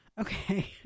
Okay